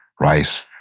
rice